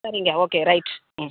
சரிங்க okay right ம்